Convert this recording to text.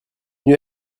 venu